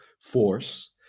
force